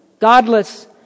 Godless